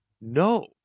No